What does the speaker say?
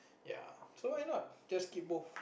ya so why not just keep both